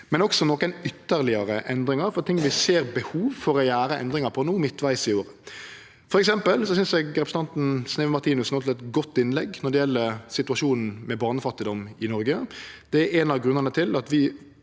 – og nokre ytterlegare endringar. Det er ting vi ser behov for å gjere endringar på no, midtvegs i året. For eksempel synest eg representanten Sneve Martinussen heldt eit godt innlegg når det gjeld situasjonen med barnefattigdom i Noreg. Det er ein av grunnane til at vi